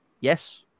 Yes